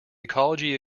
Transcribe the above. ecology